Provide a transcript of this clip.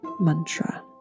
mantra